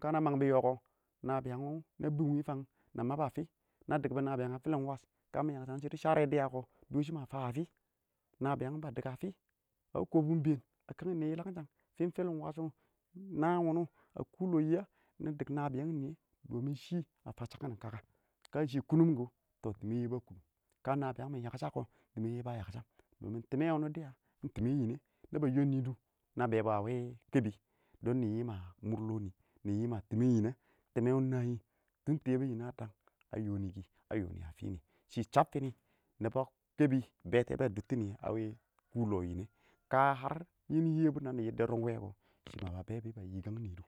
kana mang bɔ nɔɔkɔ nabiyang wɔ na bɪm wɪ fang na mab a fi, na dik bɔ nabiyang wɔ a filin wash ka mi yakshang shɪdɔ share dɪya kɔ dɔshɪ ma faa fɪ? nabiyang ba dɪk a fɪ? a wɪ kɔbʊ ɪng bɛɛn a kang niyɛ yilanshang kɔ fɪn fɪlɪn wash wɔ naan wʊnɔ wɔ a kʊ lɔh nɪyɛ nɪ dik nabiyang nɪyɛ a domin shɪ a fa chabkin kaka. ka shɪ di kunʊm kʊ nɪn wʊ na kʊnʊm ka nabiyang mɪn yakshakɔ yɛbʊ a yaksham. tɪmɛ wʊnɪ dɪya ɪng tɪmɛn nɪyɛ na ba yɔnnɪ dʊ na bɛɛ bɔ a wɪ kɛbɪ, nɪ yɪm a mʊr lɔ nɪ, tɪmɛn ɪng nani tʊn tɛɛbʊn niyɛ a dang a yɔni kɪ, a yɔnɪ fini, shɪ chab fɪnɪ, nɪbɔ kɛbɪ bɛɛ dʊttin a wɪ kʊ lɔ nɪyɛ ka har nɪn yɛbʊ nanɪ yɪddɔ rʊnkʊwɛ kɔ, shɪ ma ba bɛɛ dɔ naba yɪkan nidɔ,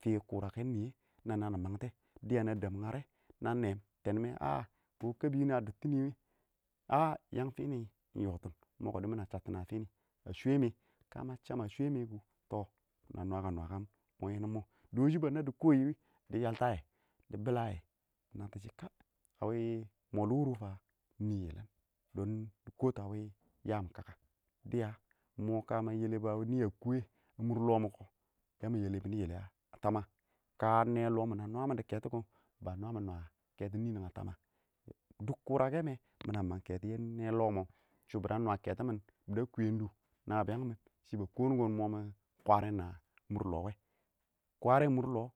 ɪng fɪ kwʊrakɛn niyɛ ni mangtɔ, dɪya na dɛb ngarɛ na nɛm tɛnmɛ, a kɔ kɛbi a dʊttini wɪ a yang fini ɪng yɔtin mɔ kɪdɪ mina chattɪn a fɪnɪ ka ma cham a fini kɔ na nwakam nwakam mɔ yɛ kɪ nɪ mɔ dɔshɪ ba naddi kɔyi wɪ dɪ yaltayɛ dɪ bɪlayɛ dɪ nattɔ shɪ kaɪ a wɪ mɔlɔ wʊrɪ wɔ fa ɪng nɪ yɪlɪn dɪ kɔtʊ a wɪ yam kaka, dɪya ka ma yɛlɛbʊ a wɪ nɪ a kʊwɛ a mʊr lɔ mɔ kɔ, ya ma yɛlɛ mini yɛlɛ a tamɛ a? ka nɛɛ lɔ mɔ na nwamin dɔ kɛtɔ kɔ ba nwamɪn nwa tama? duk kʊrakɛ mɛ mɪna mang kɛtɔ yɛ nɛ lɔ mɔ shɔ bɪna nwa kɛtɔn mɪn bɪda kwɛtɪmɪn dʊ. nabiyang mɪn shɪ ba kɔnkɔn mɔ mɪ kwarɛ a mʊrlɔh wʊ. kwarɛn mʊr,lɔ.